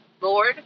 Lord